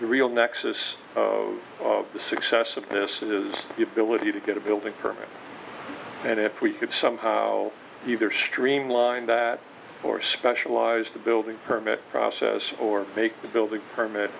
real nexus of the success of this is the ability to get a building permit and if we could somehow either streamline that or specialize the building permit process or make the building permit